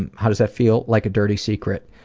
and how does that feel? like a dirty secret.